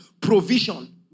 provision